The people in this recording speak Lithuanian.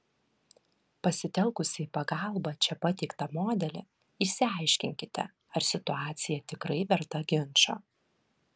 pasitelkusi į pagalbą čia pateiktą modelį išsiaiškinkite ar situacija tikrai verta ginčo